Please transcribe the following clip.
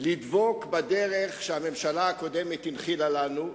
לדבוק בדרך שהממשלה הקודמת הנחילה לנו,